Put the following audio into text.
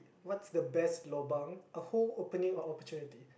what's the best lobang a whole opening or opportunity